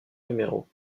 numéros